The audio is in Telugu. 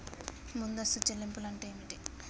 ముందస్తు చెల్లింపులు అంటే ఏమిటి?